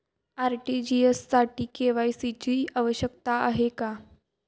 RTGS साठी KYC ची आवश्यकता आहे का?